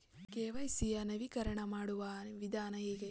KYC ಯ ನವೀಕರಣ ಮಾಡುವ ವಿಧಾನ ಹೇಗೆ?